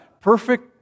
perfect